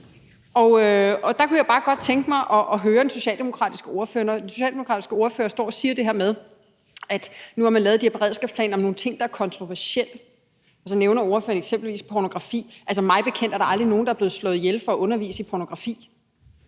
sig. Der kunne jeg bare godt tænke mig at høre den socialdemokratiske ordfører om det med, at den socialdemokratiske ordfører står og siger, at man havde lavet de her beredskabsplaner for nogle ting, der er kontroversielle. Så nævner ordføreren eksempelvis pornografi, men mig bekendt er der aldrig nogen, der er blevet slået ihjel for at undervise i pornografi.